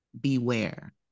Beware